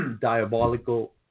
diabolical